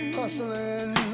hustling